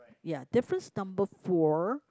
ya difference number four